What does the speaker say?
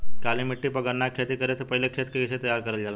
काली मिट्टी पर गन्ना के खेती करे से पहले खेत के कइसे तैयार करल जाला?